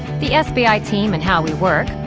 the sbi team and how we work,